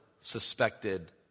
suspected